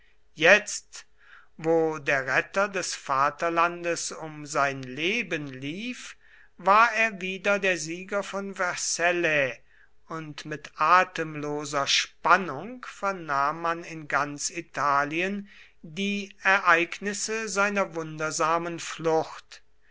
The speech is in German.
jetzt wo der retter des vaterlandes um sein leben lief war er wieder der sieger von vercellae und mit atemloser spannung vernahm man in ganz italien die ereignisse seiner wundersamen flucht